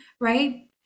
right